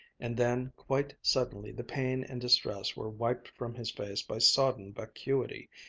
and then, quite suddenly the pain and distress were wiped from his face by sodden vacuity.